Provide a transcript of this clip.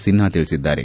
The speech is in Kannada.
ಸಿನ್ಹಾ ತಿಳಿಸಿದ್ದಾರೆ